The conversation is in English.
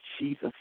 Jesus